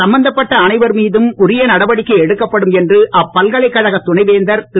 சம்பந்தப்பட்ட அனைவர் மீதும் உரிய நடவடிக்கை எடுக்கப்படும் என்று அப்பல்கலைக்கழக துணைவேந்தர் திரு